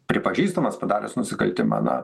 pripažįstamas padaręs nusikaltimąna